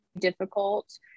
difficult